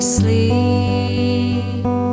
sleep